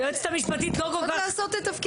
היועצת המשפטית לא כל כך --- רק לעשות את תפקידי.